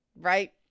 right